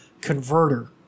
converter